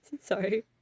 Sorry